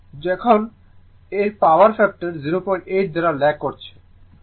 এখন এর power factor 08 দ্বারা ল্যাগ করছে